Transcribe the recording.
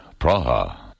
Praha